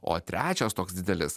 o trečias toks didelis